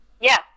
Yes